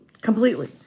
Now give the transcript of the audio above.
completely